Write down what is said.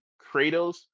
Kratos